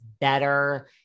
better